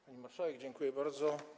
Pani marszałek, dziękuję bardzo.